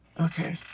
Okay